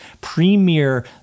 premier